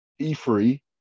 E3